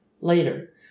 later